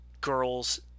Girls